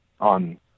on